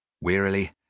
Wearily